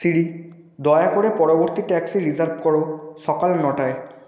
সিরি দয়া করে পরবর্তী ট্যাক্সি রিজার্ভ করো সকাল নটায়